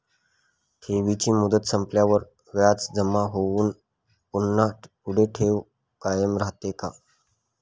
ठेवीची मुदत संपल्यावर व्याज जमा होऊन पुन्हा पुढे ठेव कायम राहते का?